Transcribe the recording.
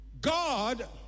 God